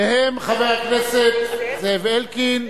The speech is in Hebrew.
והם חבר הכנסת זאב אלקין,